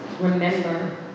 remember